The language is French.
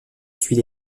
suit